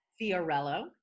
Fiorello